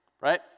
right